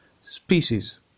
species